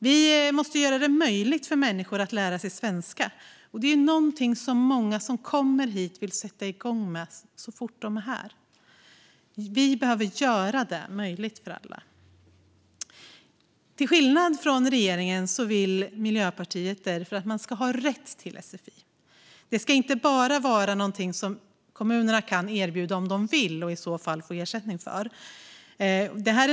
Vi måste göra det möjligt för människor att lära sig svenska, och det är någonting som många som kommer hit vill sätta igång med så fort de är här. Vi behöver göra det möjligt för alla. Till skillnad från regeringen vill Miljöpartiet därför att man ska ha rätt till sfi. Det ska inte bara vara någonting som kommunerna kan erbjuda om de vill och i så fall få ersättning för.